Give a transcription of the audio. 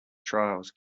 trials